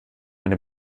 eine